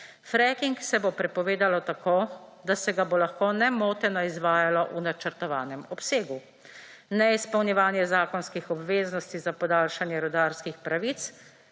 Fracking se bo prepovedalo tako, da se ga bo lahko nemoteno izvajalo v načrtovanem obsegu. Neizpolnjevanje zakonskih obveznosti za podaljšanje rudarskih pravic